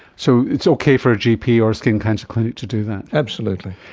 so it's okay for a gp or a skin cancer clinic to do that? absolutely.